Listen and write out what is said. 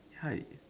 ya